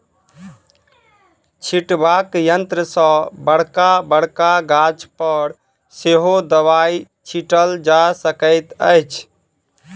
छिटबाक यंत्र सॅ बड़का बड़का गाछ पर सेहो दबाई छिटल जा सकैत अछि